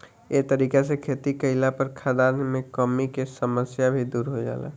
ए तरीका से खेती कईला पर खाद्यान मे कमी के समस्या भी दुर हो जाला